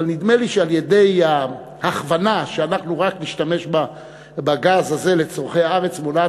אבל נדמה לי שההכוונה שאנחנו רק נשתמש בגז הזה לצורכי הארץ מונעת